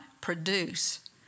produce